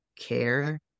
care